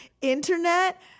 Internet